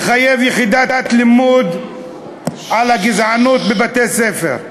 לחייב יחידת לימוד על הגזענות בבתי-ספר.